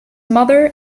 mother